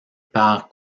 par